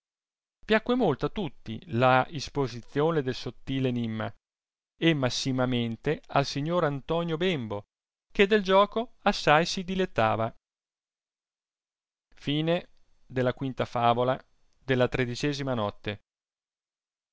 piacque molto a tutti la ispoizione del sottil enimma e massimamente al signor antonio bembo che del giuoco assai si dilettava e perchè la notte